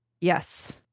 yes